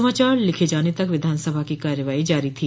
समाचार लिखे जाने तक विधानसभा की कार्यवाही जारी थी